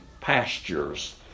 pastures